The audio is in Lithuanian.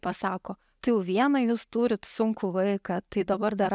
pasako tai jau vieną jūs turit sunkų vaiką tai dabar dar